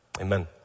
Amen